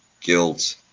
guilt